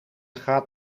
gaat